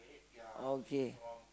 okay